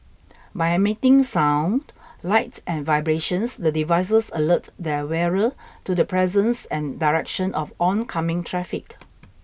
by emitting sound light and vibrations the devices alert their wearer to the presence and direction of oncoming traffic